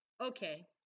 Okay